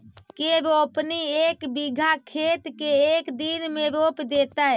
के रोपनी एक बिघा खेत के एक दिन में रोप देतै?